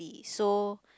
so